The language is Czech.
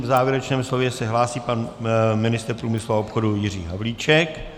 K závěrečnému slovu se hlásí pan ministr průmyslu a obchodu Jiří Havlíček.